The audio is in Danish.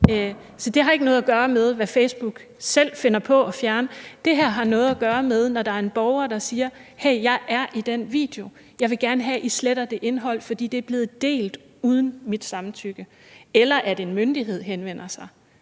så det har ikke noget at gøre med, hvad Facebook selv finder på at fjerne. Det her har noget at gøre med, at der er en borger, der siger: Jeg er i den video, og jeg vil gerne have, at I sletter det indhold, for det er blevet delt uden mit samtykke. Eller det kan være en myndighed, der henvender sig.